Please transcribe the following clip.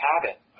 habit